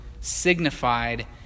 signified